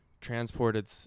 transported